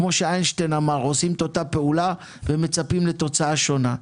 כמו שאיינשטיין אמר: עושים את אותה פעולה ומצפים לתוצאה שונה.